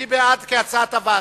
מי בעד כהצעת הוועדה?